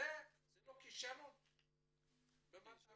אז זה לא כישלון של המטרה?